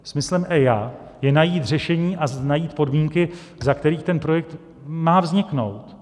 Smyslem EIA je najít řešení a najít podmínky, za kterých projekt má vzniknout.